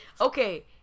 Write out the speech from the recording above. Okay